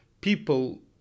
people